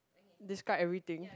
describe everything